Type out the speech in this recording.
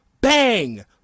bang